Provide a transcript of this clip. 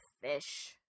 fish